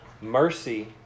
mercy